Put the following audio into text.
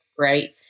Right